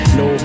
no